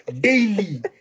daily